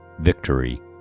Victory